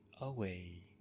away